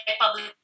public